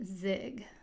Zig